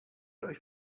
euch